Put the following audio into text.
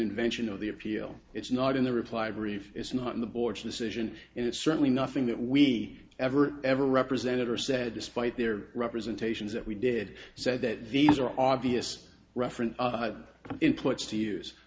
invention of the appeal it's not in the reply brief it's not in the board's decision and it's certainly nothing that we ever ever represented or said despite their representations that we did so that these are all obvious reference inputs to use